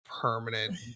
permanent